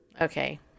Okay